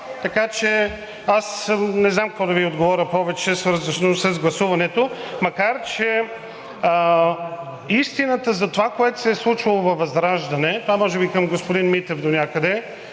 така че аз не знам какво да Ви отговоря повече, свързано с гласуването, макар че истината за това, което се е случвало във ВЪЗРАЖДАНЕ, това е може би към господин Митев донякъде,